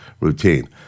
routine